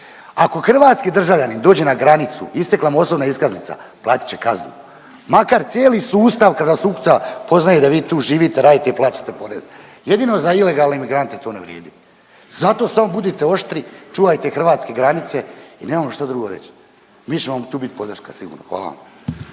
Ako hrvatski državljanin dođe na granicu, istekla mu osobna iskaznica platit će kaznu makar cijeli sustav …/Govornik se ne razumije./… poznaje da vi tu živite, radite i plaćate poreze. Jedino za ilegalne migrante to ne vrijedi. Zato samo budite oštri, čuvajte hrvatske granice i nemamo šta drugo reći i mi ćemo vam tu biti podrška sigurno. Hvala vam.